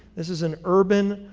this is an urban,